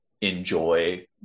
enjoy